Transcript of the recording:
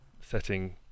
setting